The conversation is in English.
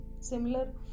similar